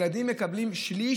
ילדים מקבלים שליש,